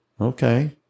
Okay